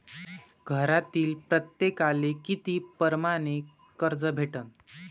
घरातील प्रत्येकाले किती परमाने कर्ज भेटन?